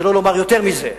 שלא לומר יותר מזה,